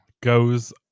goes